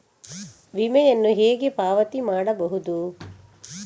ವಿಮೆಯನ್ನು ಹೇಗೆ ಪಾವತಿ ಮಾಡಬಹುದು?